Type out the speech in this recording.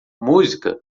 música